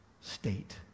state